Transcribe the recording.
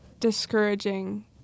discouraging